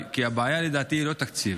כי לדעתי הבעיה היא לא תקציב.